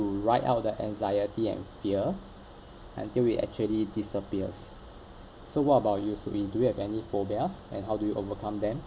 write out the anxiety and fear until it actually disappears so what about your soo ee do you have any phobias and how do you overcome them